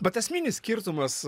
bet esminis skirtumas